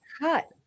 cut